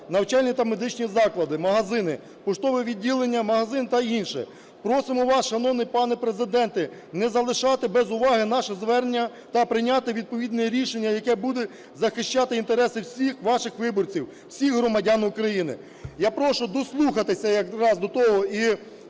навчальні та медичні заклади, магазини, поштове відділення, магазин та інше. Просимо вас, шановний пане Президенте, не залишати без уваги наше звернення та прийняти відповідне рішення, яке буде захищати інтереси всіх ваших виборців, всіх громадян України". Я прошу дослухатися якраз до того і